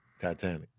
Titanic